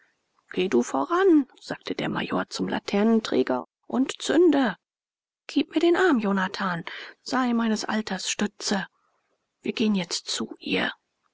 geh du voran sagte der major zum laternenträger und zünde gib mir den arm jonathan sei meines alters stütze wir gehen jetzt zu ihr